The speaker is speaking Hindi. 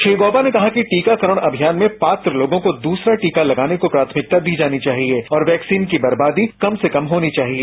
श्री गौबा ने कहा कि टीकाकरण अभियान में पात्र लोगों को दूसरा टीका लगाने को प्राथमिकता दी जानी चाहिए और वैक्सीन की दर्बादी कम से कम होनी चाहिए